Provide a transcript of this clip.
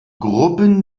gruppen